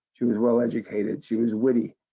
she was well educated. she was witty.